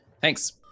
Thanks